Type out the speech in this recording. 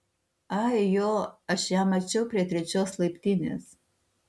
ai jo aš ją mačiau prie trečios laiptinės